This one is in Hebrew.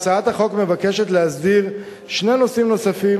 הצעת החוק מבקשת להסדיר שני נושאים נוספים,